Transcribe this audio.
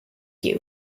you